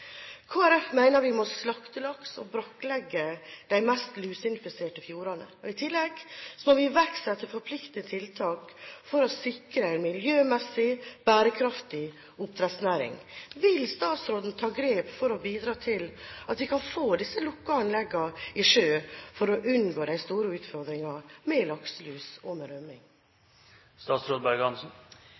vi må slakte laks og brakklegge de mest luseinfiserte fjordene. I tillegg må vi iverksette forpliktende tiltak for å sikre en miljømessig bærekraftig oppdrettsnæring. Vil statsråden ta grep for å bidra til at vi kan få disse lukkede anleggene i sjø for å unngå de store utfordringene med lakselus og